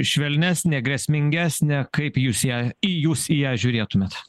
švelnesnė grėsmingesnė kaip jūs į ją į jūs į ją žiūrėtumėt